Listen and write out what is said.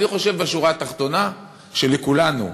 אני חושב, בשורה התחתונה, שלכולנו,